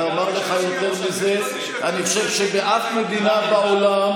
ואומר לך יותר מזה: אני חושב שבאף מדינה בעולם,